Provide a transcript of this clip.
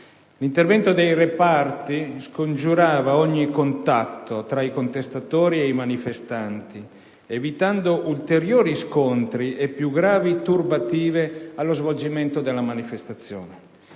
L'intervento dei reparti scongiurava ogni contatto tra i contestatori e i manifestanti, evitando ulteriori scontri e più gravi turbative allo svolgimento della manifestazione.